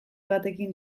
batekin